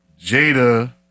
Jada